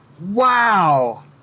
wow